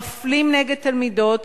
מפלים תלמידות,